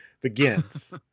begins